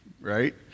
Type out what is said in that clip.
right